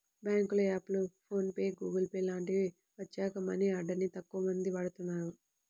బ్యేంకుల యాప్లు, PhonePe, Google Pay లాంటివి వచ్చాక మనీ ఆర్డర్ ని తక్కువమంది వాడుతున్నారు